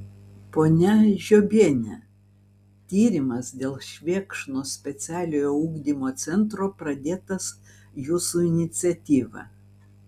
ponia žiobiene tyrimas dėl švėkšnos specialiojo ugdymo centro pradėtas jūsų iniciatyva